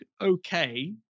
Okay